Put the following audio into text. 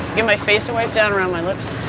give my face a wipe down around my lips.